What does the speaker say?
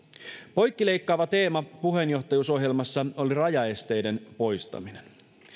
poikkileikkaava teema puheenjohtajuusohjelmassa oli rajaesteiden poistaminen